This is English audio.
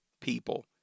people